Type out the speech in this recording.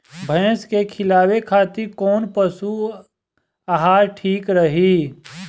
भैंस के खिलावे खातिर कोवन पशु आहार ठीक रही?